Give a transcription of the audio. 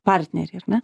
partneriai ar ne